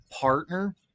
partner